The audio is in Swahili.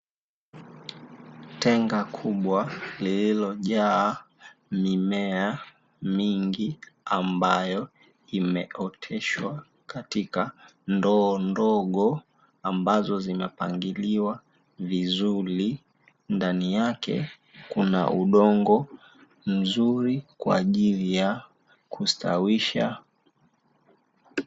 Tenga kubwa lililojaa mimea mingi ambayo imeoteshwa katika ndoo ndogo, ambazo zimepangiliwa vizuri ndani yake kuna udongo mzuri kwa ajili ya kustawisha.